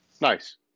Nice